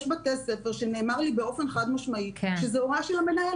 יש בתי ספר שנאמר לי באופן חד משמעי שזו הוראה של המנהל,